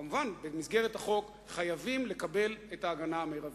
כמובן, במסגרת החוק, חייבים לקבל את ההגנה המרבית.